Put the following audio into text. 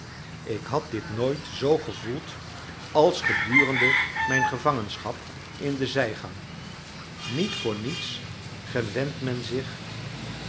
ik had dit nooit zoo gevoeld als gedurende mijn gevangenschap in de zijgang niet voor niets gewent men zich